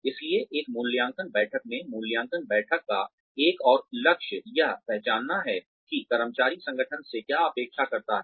इसलिए एक मूल्यांकन बैठक में मूल्यांकन बैठक का एक और लक्ष्य यह पहचानना है कि कर्मचारी संगठन से क्या अपेक्षा करता है